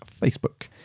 Facebook